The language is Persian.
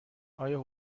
آیا